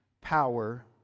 power